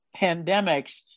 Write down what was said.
pandemics